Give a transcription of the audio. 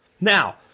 Now